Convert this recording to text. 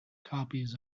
copies